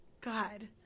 God